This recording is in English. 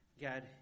God